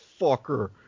fucker